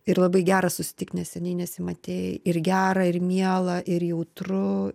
ir labai gera susitikt nes seniai nesimatei ir gera ir miela ir jautru